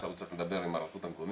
עכשיו הוא צריך לדבר עם הרשות המקומית,